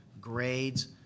grades